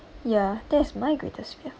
ya that is my greatest fear